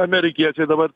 amerikiečiai dabar